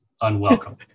unwelcome